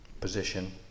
position